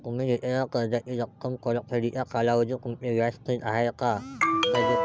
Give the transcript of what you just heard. तुम्ही घेतलेल्या कर्जाची रक्कम, परतफेडीचा कालावधी, तुमचे व्याज स्थिर आहे का, इत्यादी पहा